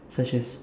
such as